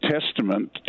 testament